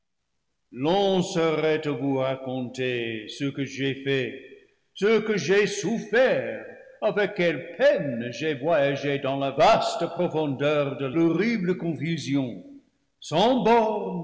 long serait à vous raconter ce que j'ai fait ce que j'ai souf fert avec quelle peine j'ai voyagé dans la vaste profondeur de l'horrible confusion sans